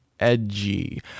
edgy